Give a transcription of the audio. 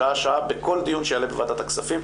שעה-שעה בכל דיון שיעלה בוועדת הכספים,